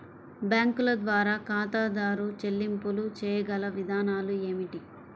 బ్యాంకుల ద్వారా ఖాతాదారు చెల్లింపులు చేయగల విధానాలు ఏమిటి?